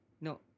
No